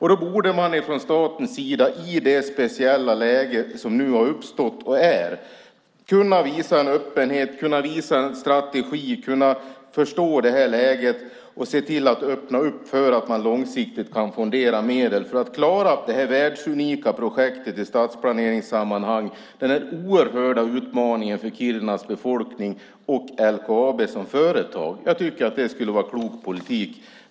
Man borde från statens sida i det speciella läge som nu har uppstått kunna visa en öppenhet, ha en strategi, kunna förstå läget och se till att öppna för att man långsiktigt kan fondera medel för att klara detta världsunika projekt i stadsplaneringssammanhang och denna oerhörda utmaning för Kirunas befolkning och LKAB som företag. Jag tycker att det skulle vara en klok politik.